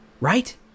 Right